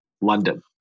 London